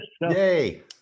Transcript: Yay